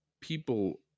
people